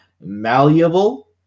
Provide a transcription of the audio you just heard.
malleable